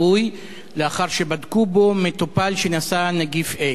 לאחר שבדקו בו מטופל שנשא נגיף איידס.